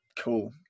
Cool